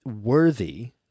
worthy